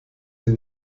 den